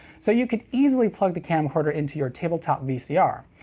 so you could easily plug the camcorder into your tabletop vcr.